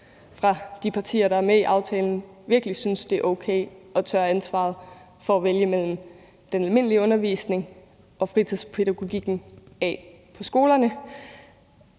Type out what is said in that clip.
for de partier, der er med i aftalen, virkelig synes, det er okay at tørre ansvaret for at vælge mellem den almindelige undervisning og fritidspædagogikken af på skolerne.